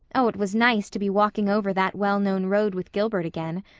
oh, it was nice to be walking over that well-known road with gilbert again!